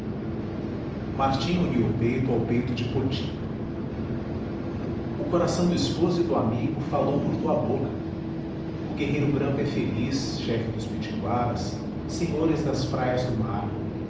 martim uniu o peito ao peito de poti o coração do esposo e do amigo falou por tua boca o guerreiro branco é feliz chefe dos pitiguaras senhores das praias do mar